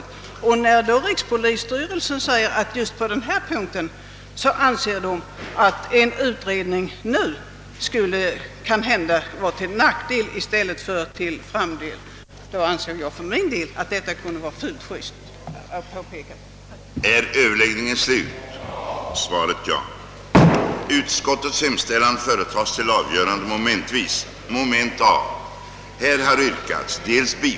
Det anser, liksom vi, också styrelsen själv. När nu enligt rikspolisstyrelsens mening en utredning i denna fråga måhända skulle vara till nackdel i stället för till fördel, har jag ansett att det kunde vara fullt just att påpeka detta.